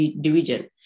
division